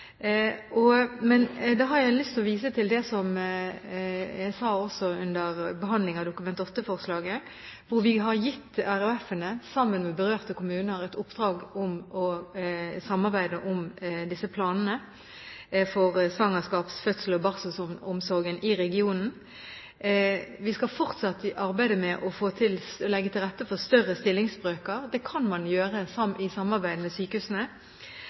har lyst til å vise til det jeg sa også under behandlingen av Dokument nr. 8-forslaget, at vi har gitt RHF-ene og berørte kommuner i oppdrag å samarbeide om planene for svangerskaps-, fødsels- og barselsomsorg i regionen. Vi skal fortsatt arbeide med å legge til rette for større stillingsbrøker. Det kan man gjøre i samarbeid med sykehusene.